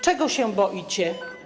Czego się boicie?